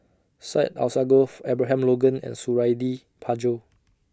Syed Alsagoff Abraham Logan and Suradi Parjo